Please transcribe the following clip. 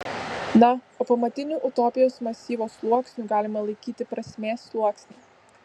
na o pamatiniu utopijos masyvo sluoksniu galima laikyti prasmės sluoksnį